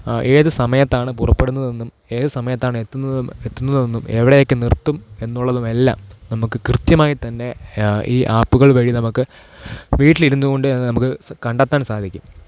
ഏത് സമയത്താണ് പുറപ്പെടുന്നത് എന്നും ഏത് സമയത്താണ് എത്തുന്നതെ എത്തുന്നതെന്നും എവിടെയൊക്കെ നിർത്തും എന്നുള്ളതും എല്ലാം നമുക്ക് കൃത്യമായി തന്നെ ഈ ആപ്പുകൾ വഴി നമുക്ക് വീട്ടിലിരുന്നു കൊണ്ട് തന്നെ നമുക്ക് കണ്ടെത്താൻ സാധിക്കും